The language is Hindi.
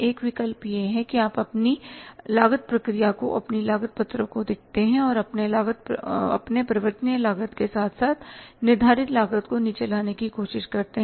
एक विकल्प यह है कि आप अपनी लागत प्रक्रिया को अपनी लागत पत्रक को देखते हैं और अपने परिवर्तनीय लागत के साथ साथ निर्धारित लागत को नीचे लाने की कोशिश करते हैं